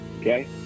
Okay